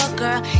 girl